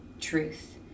truth